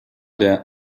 der